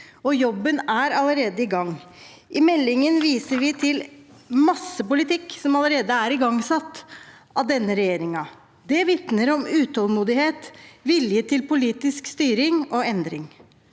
jobben er allerede i gang. I meldingen viser vi til masse politikk som allerede er igangsatt av denne regjeringen. Det vitner om utålmodighet, vilje til politisk styring og endring,